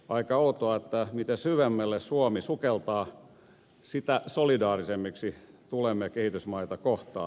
aika outoa että mitä syvemmälle suomi sukeltaa sitä solidaarisemmiksi tulemme kehitysmaita kohtaan